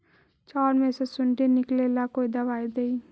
चाउर में से सुंडी निकले ला कौन दवाई दी?